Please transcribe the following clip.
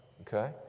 Okay